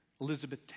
Elizabeth